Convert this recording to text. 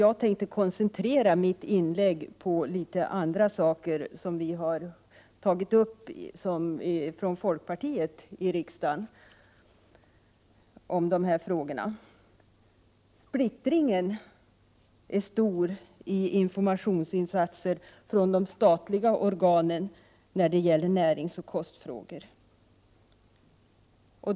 Jag tänkte koncentrera mitt inlägg till några saker som vi från folkpartiet har tagit upp i riksdagen. För det första: Splittringen är stor när det gäller informationsinsatser från de statliga organen beträffande näringsoch kostfrågor.